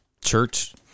church